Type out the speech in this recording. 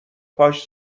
کاش